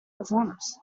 performers